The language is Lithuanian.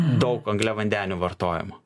daug angliavandenių vartojimo